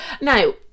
Now